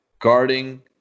Guarding